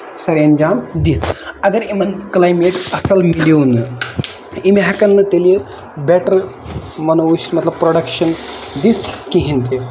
سَرِ اَنجام دِتھ اَگر یِمن کٔلایمیٹ اَصٕل مِلیو نہٕ یِم ہٮ۪کن نہٕ تیلہِ بیٹر مطلب ونو أسۍ مطلب پروڈَکشن دِتھ کِہینۍ تہِ